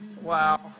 Wow